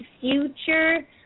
future